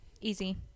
easy